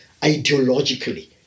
ideologically